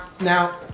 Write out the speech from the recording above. now